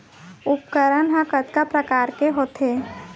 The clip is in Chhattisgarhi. उपकरण हा कतका प्रकार के होथे?